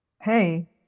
Hey